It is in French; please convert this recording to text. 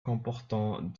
comportant